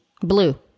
Blue